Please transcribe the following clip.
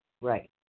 Right